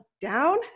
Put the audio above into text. down